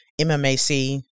MMAC